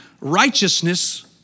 righteousness